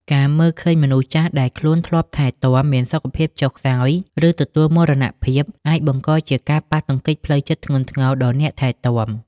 ការឃើញមនុស្សចាស់ដែលខ្លួនធ្លាប់ថែទាំមានសុខភាពចុះខ្សោយ ឬទទួលមរណភាព អាចបង្កជាការប៉ះទង្គិចផ្លូវចិត្តធ្ងន់ធ្ងរដល់អ្នកថែទាំ។